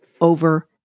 over